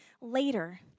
later